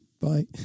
Bye